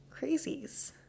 crazies